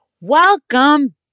welcome